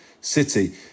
city